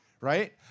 Right